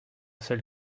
seul